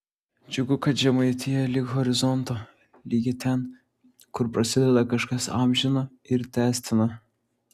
džiugu kad žemaitija lig horizonto ligi ten kur prasideda kažkas amžina ir tęstina